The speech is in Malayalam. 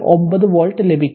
9 വോൾട്ട് ലഭിക്കും